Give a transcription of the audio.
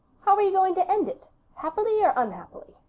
how are you going to end it happily or unhappily?